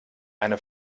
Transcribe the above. eine